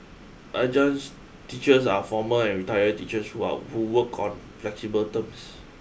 adjuncts teachers are former and retired teachers who are who work on flexible terms